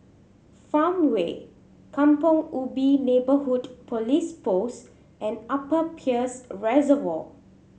Farmway Kampong Ubi Neighbourhood Police Post and Upper Peirce Reservoir